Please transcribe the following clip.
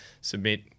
submit